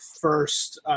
first –